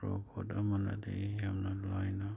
robot ꯑꯃꯅꯗꯤ ꯌꯥꯝꯅ ꯂꯥꯏꯅ